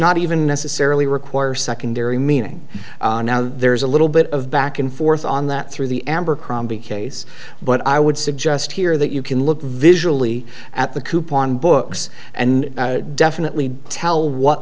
not even necessarily require secondary meaning now there is a little bit of back and forth on that through the abercrombie case but i would suggest here that you can look visually at the coupon books and definitely tell what